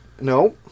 No